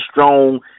strong